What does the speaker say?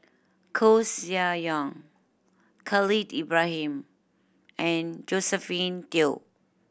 Koeh Sia Yong Khalil Ibrahim and Josephine Teo